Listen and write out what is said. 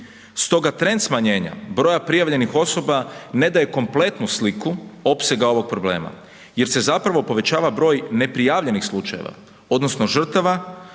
Stoga trend smanjenja broja prijavljenih osoba ne daje kompletnu sliku opsega ovog problema jer se zapravo povećava broj neprijavljenih slučajeva, odnosno žrtava